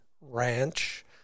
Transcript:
ranch